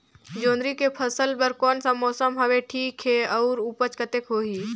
जोंदरी के फसल बर कोन सा मौसम हवे ठीक हे अउर ऊपज कतेक होही?